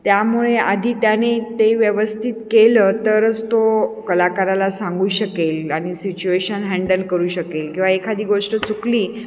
त्यामुळे आधी त्याने ते व्यवस्थित केलं तरच तो कलाकाराला सांगू शकेल आणि सिच्युएशन हँडल करू शकेल किंवा एखादी गोष्ट चुकली